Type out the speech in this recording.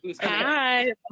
hi